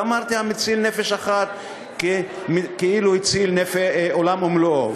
אמרתי, המציל נפש אחת, כאילו הציל עולם ומלואו.